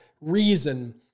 reason